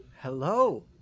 hello